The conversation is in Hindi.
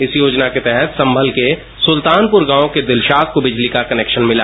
इस योजना के तहत संभल के सुलतानपुर गांव के दिलशाद को बिजली का कनेक्शन भिला